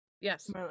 Yes